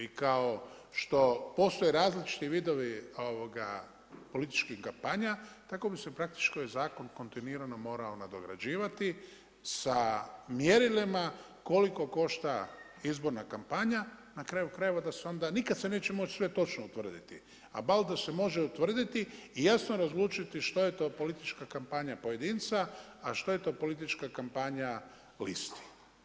I kao što postoje različiti vidovi političkih kampanja tako bi se praktički ovaj zakon kontinuirano morao nadograđivati sa mjerilima koliko košta izborna kampanja, na kraju krajeva da se onda, nikad se sve točno utvrditi, ali bar da se može utvrditi i jasno razlučiti što je to politička kampanja pojedinca, a što je to politička kampanja listi.